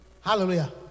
Hallelujah